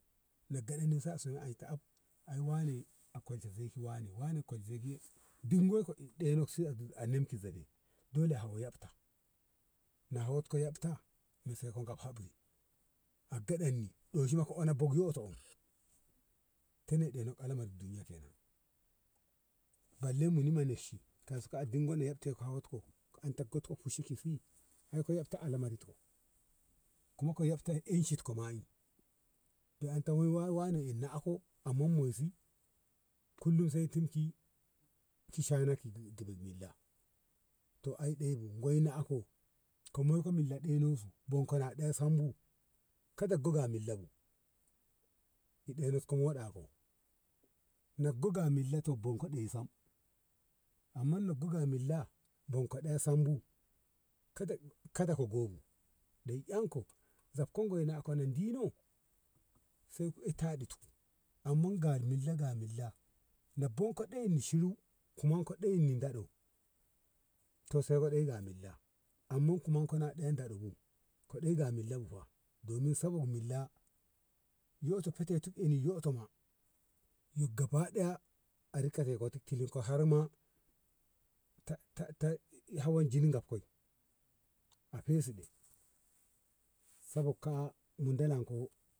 na gaɗi na sa so ai ta ai wane a kol zei ki wane bu wane kol zei ki duk gwaiko dono anem ki zebe dole hawo yabta na hawon ka yabta mesen ko kab habri a geɗen ni oshi ma ka ona bo yoto um tene ene lamari duniya kenan balle muni manakashi kas ka den ne na yab te ko hawon ko ka an tat ko fushi ki si ai ko yyabta a lamarit ko kuma ka yabta an shit ko ma i yo anta wane wane inna ako amman moi si kullum sai tun ki ki shana ki bin billa ai ehbu goina ako ko eiko milla ɗoino su bonko na ɗei sam bu ka doggo ga milla bu ɗenos ka ɗa ko ɗoggo ga milla toggo be sam amma leggo ga milla bonko do sambu kada ka go bu ko ga goina dino sai ita dut ku amma ga milla ga milla na bonko ɗeyin ni shiru kuman ko ɗayan ni daro to sara daya ga milla amma kuman ko da daɗo bu ka ɗoi ga milla bu fa domin sabob milla yoto fetetu eni yotoma yu gabaɗaya hotin tilin ko har ma ta ta hawan jini gab koi a fesiɗe sabog ka a mu dalan ko.